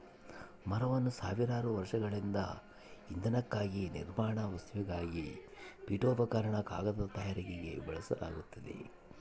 ಮರವನ್ನು ಸಾವಿರಾರು ವರ್ಷಗಳಿಂದ ಇಂಧನಕ್ಕಾಗಿ ನಿರ್ಮಾಣ ವಸ್ತುವಾಗಿ ಪೀಠೋಪಕರಣ ಕಾಗದ ತಯಾರಿಕೆಗೆ ಬಳಸಲಾಗ್ತತೆ